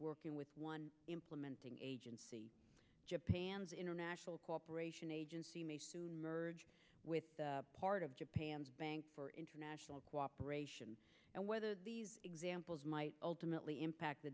working with one implementing agency japan's international cooperation agency may soon merge with part of japan's bank for international cooperation and whether these examples might ultimately impact the